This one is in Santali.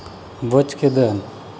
ᱵᱩᱡᱽ ᱠᱮᱫᱟᱹᱧ